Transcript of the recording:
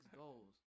goals